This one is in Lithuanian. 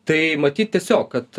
tai matyt tiesiog kad